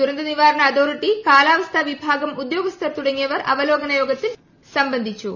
ദുരന്ത നിവാരണ അതോറിട്ടി കാലാവസ്ഥാ വിഭാഗം ഉദ്യോഗസ്ഥർ തുടങ്ങിയവർ അവലോകന യോഗത്തിൽ സംബന്ധിച്ചു